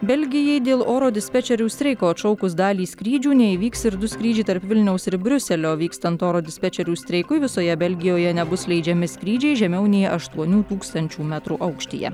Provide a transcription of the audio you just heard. belgijai dėl oro dispečerių streiko atšaukus dalį skrydžių neįvyks ir du skrydžiai tarp vilniaus ir briuselio vykstant oro dispečerių streikui visoje belgijoje nebus leidžiami skrydžiai žemiau nei aštuonių tūkstančių metrų aukštyje